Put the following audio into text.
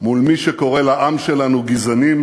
מול מי שקורא לעם שלנו גזענים,